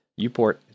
Uport